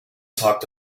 talked